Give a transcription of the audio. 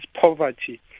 poverty